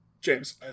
James